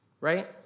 right